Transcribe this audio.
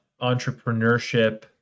entrepreneurship